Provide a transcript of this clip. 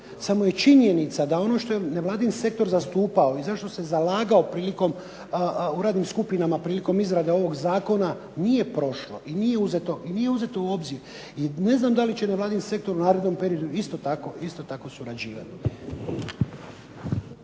samo je činjenica da ono što je nevladin zastupao i zašto se zalagao u radnim skupinama prilikom izrade ovog zakona nije prošlo i nije uzeto u obzir. I ne znam da li će nevladin sektor u narednom periodu isto tako surađivati.